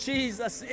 Jesus